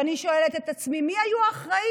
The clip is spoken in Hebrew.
ואני שואלת את עצמי: מי היו האחראים?